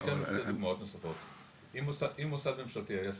אני אתן שתי דוגמאות נוספות: אם מוסד ממשלתי היה סגור,